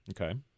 okay